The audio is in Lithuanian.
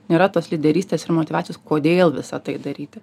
nėra tos lyderystės ir motyvacijos kodėl visa tai daryti